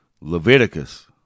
Leviticus